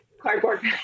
cardboard